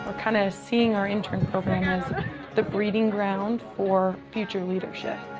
we're kind of seeing our intern program as the breeding ground for future leadership.